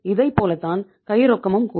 இதைப் போலத்தான் கை ரொக்கமும் கூட